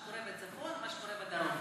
מה שקורה בצפון ומה שקורה בדרום.